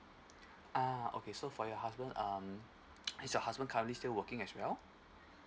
ah okay so for your husband um is your husband currently still working as well